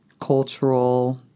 cultural